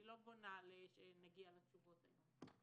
אני לא בונה על כך שנגיע לתשובות היום.